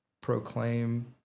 proclaim